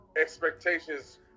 expectations